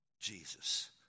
Jesus